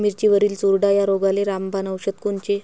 मिरचीवरील चुरडा या रोगाले रामबाण औषध कोनचे?